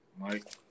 Mike